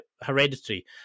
hereditary